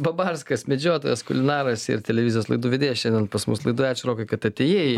babarskas medžiotojas kulinaras ir televizijos laidų vedėjas šiandien pas mus laidoj ačiū rokai kad atėjai